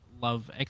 love